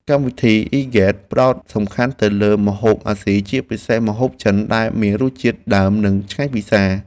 កម្មវិធីអ៊ីហ្គេត ផ្ដោតសំខាន់ទៅលើម្ហូបអាស៊ីជាពិសេសម្ហូបចិនដែលមានរសជាតិដើមនិងឆ្ងាញ់ពិសា។